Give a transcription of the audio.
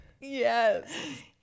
yes